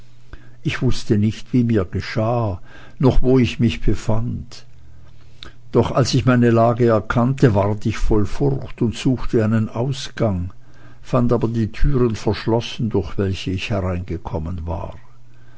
ich wußte nicht wie mir geschah noch wo ich mich befand doch als ich meine lage erkannte ward ich voll furcht und suchte einen ausgang fand aber die türen verschlossen durch welche ich hereingekommen war